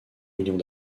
millions